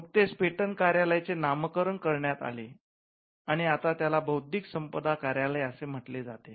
नुकतेच पेटंट कार्यालय चे नामकरण करण्यात आले आणि आता त्याला बौद्धिक संपदा कार्यालय असे म्हटले जाते